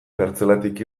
kartzelatik